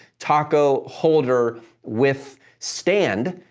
taco holder with stand,